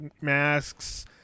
masks